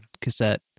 cassette